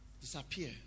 disappear